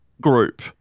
group